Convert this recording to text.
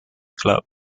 club